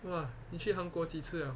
!wah! 你去韩国几次 liao